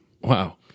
Wow